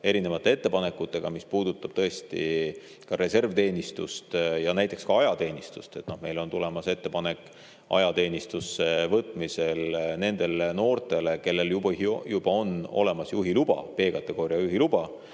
erinevate ettepanekutega, mis puudutavad tõesti reservteenistust ja ka ajateenistust. Meilt on tulemas ettepanek ajateenistusse võtmisel nendele noortele, kellel juba on olemas B‑kategooria juhiluba